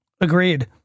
Agreed